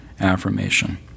affirmation